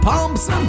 Pumps